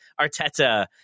Arteta